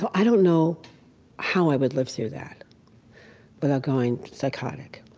but i don't know how i would live through that without going psychotic.